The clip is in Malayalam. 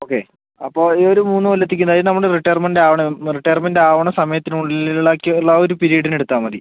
ഓക്കേ അപ്പോൾ ഈ ഒരു മൂന്ന് കൊല്ലത്തേക്ക് അതായത് നമ്മൾ റിട്ടയർമെന്റ് ആവുന്ന റിട്ടയർമെന്റ് ആവുന്ന സമയത്തിന് ഉള്ളിൽ ഒക്കെയുള്ള ആ ഒരു പിരീയഡിന് എടുത്താൽ മതി